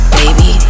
baby